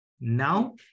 Now